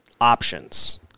options